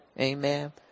Amen